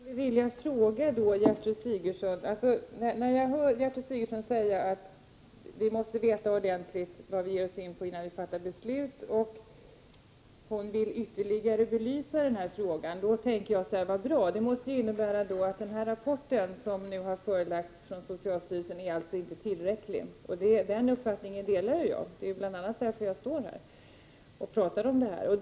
Herr talman! Jag har en fråga till Gertrud Sigurdsen. Gertrud Sigurdsen säger att vi måste veta ordentligt vad vi ger oss in på innan vi fattar beslut. Hon vill belysa den här frågan ytterligare. När jag hörde detta tänkte jag att det är bra, eftersom det måste innebära att den rapport som nu har framlagts av socialstyrelsen inte är tillräcklig. Den uppfattningen delar jag. Det är bl.a. därför som jag står här och talar i denna fråga.